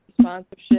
sponsorship